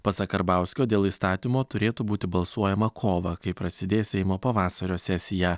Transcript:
pasak karbauskio dėl įstatymo turėtų būti balsuojama kovą kai prasidės seimo pavasario sesija